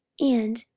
and,